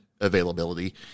availability